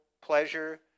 pleasure